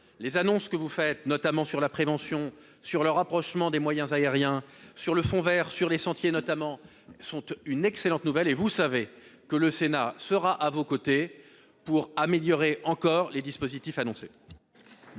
Les annonces que vous faites, notamment sur la prévention, sur le rapprochement des moyens aériens, sur le fonds vert, sur les sentiers, sont une excellente nouvelle. Vous pouvez compter sur le Sénat pour être à vos côtés et améliorer encore les dispositifs annoncés